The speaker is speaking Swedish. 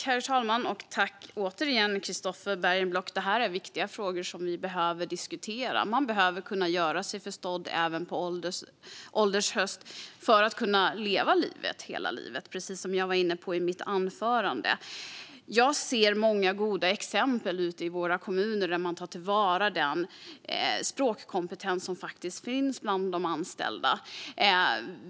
Herr talman! Det här är viktiga frågor som vi behöver diskutera. Man behöver kunna göra sig förstådd även på ålderns höst för att kunna leva livet hela livet, precis som jag var inne på i mitt anförande. Jag ser många goda exempel ute i våra kommuner där man tar till vara den språkkompetens som finns bland de anställda.